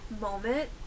moment